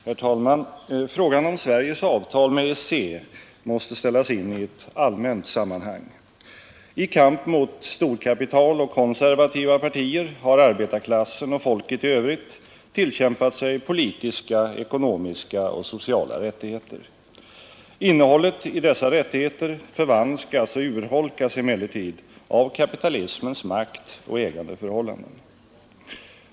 Herr talman! Frågan om Sveriges avtal med EEC måste ställas in i ett allmänt sammanhang. I kamp mot storkapital och konservativa partier har arbetarklassen och folket i övrigt tillkämpat sig politiska, ekonomiska och sociala rättigheter. Innehållet i dessa rättigheter förvanskas och urholkas emellertid av kapitalismens makt och ägandeförhållanden.